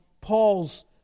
Paul's